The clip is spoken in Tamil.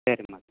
சரிம்மா